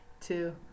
two